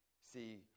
See